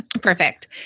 Perfect